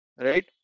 right